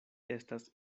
estas